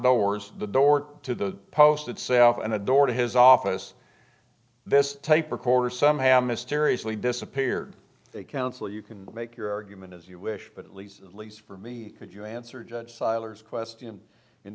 doors the door to the post itself and a door to his office this tape recorder somehow mysteriously disappeared a council you can make your argument as you wish but at least least for me that you answer just silence question in